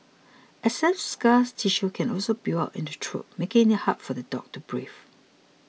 excess scar tissue can also build up in the throat making it hard for the dog to breathe